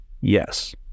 Yes